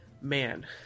man